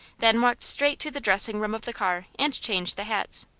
then walked straight to the dressing room of the car, and changed the hats.